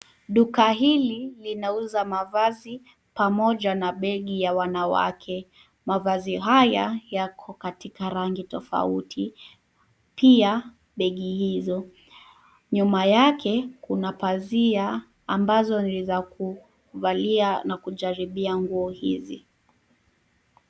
Duka hili, linauza mavazi pamoja na begi ya wanawake. Mavazi haya, yako katika rangi tofauti, pia begi hizo. Nyuma yake, kuna pazia, ambazo niza kuvalia na kujaribia nguo hizi.